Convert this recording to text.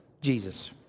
Jesus